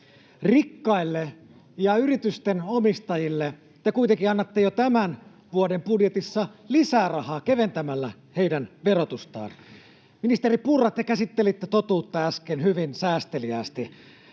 Rikkaille ja yritysten omistajille te kuitenkin annatte jo tämän vuoden budjetissa lisärahaa keventämällä heidän verotustaan. Ministeri Purra, te käsittelitte totuutta äsken hyvin säästeliäästi.